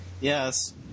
yes